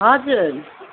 हजुर